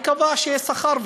ייקבע שיהיה שכר,